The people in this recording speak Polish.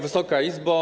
Wysoka Izbo!